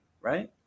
Right